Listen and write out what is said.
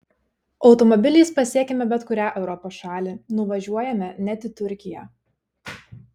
automobiliais pasiekiame bet kurią europos šalį nuvažiuojame net į turkiją